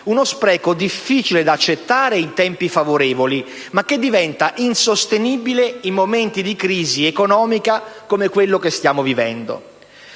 uno spreco difficile da accettare in tempi favorevoli, ma che diventa insostenibile in momenti di crisi economica come quello che stiamo vivendo.